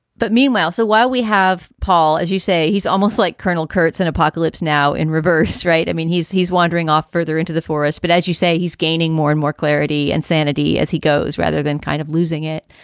but meanwhile. so while we have paul, as you say, he's almost like colonel kurtz in apocalypse now in reverse. right. i mean, he's he's wandering off further into the forest. but as you say, he's gaining more and more clarity and sanity as he goes rather than kind of losing it.